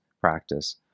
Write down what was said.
practice